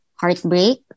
heartbreak